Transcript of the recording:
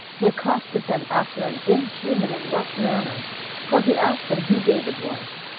he accosted them after an inhuman and rough manner for he asked them who david was?